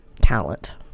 talent